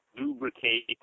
lubricate